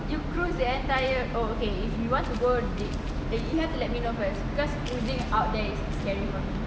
you cruise the entire oh okay if you want to go did you have to let me know first because cruising out there is scary for me